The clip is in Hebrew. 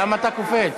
למה אתה קופץ?